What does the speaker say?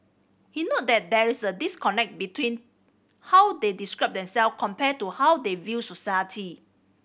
he noted that there is a disconnect between how they describe themself compared to how they view society